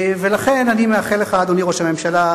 ולכן אני מאחל לך, אדוני ראש הממשלה,